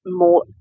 more